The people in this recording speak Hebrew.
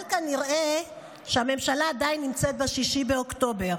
אבל כנראה הממשלה עדיין נמצאת ב-6 באוקטובר,